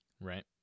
right